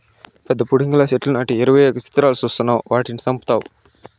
పెద్ద పుడింగిలా చెట్లు నాటి ఎరువెయ్యక సిత్రాలు సూస్తావ్ వాటిని సంపుతావ్